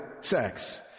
sex